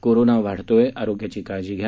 corona वाढतोय आरोग्याची काळजी घ्या